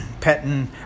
petting